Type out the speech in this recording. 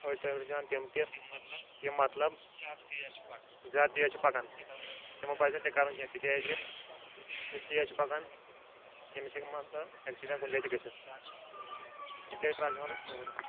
أڑۍ تِم تہِ یِم مطلب زیادٕ تیز چھِ پَکان تِمن پَزِ نہٕ تہِ کَرُن کیٚنٛہہ تِکیٛازِ یُس تیز چھُ پَکان تٔمِس ہیٚکہِ اٮ۪کسِڈٮ۪نٛٹ کُنۍ جایہِ تہِ گٔژھِتھ تِکیٛازِ